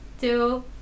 two